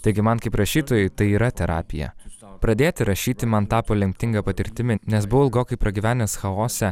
taigi man kaip rašytojui tai yra terapija pradėti rašyti man tapo lemtinga patirtimi nes buvau ilgokai pragyvenęs chaose